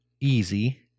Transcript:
easy